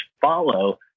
follow